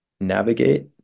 navigate